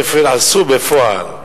עשו בפועל.